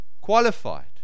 qualified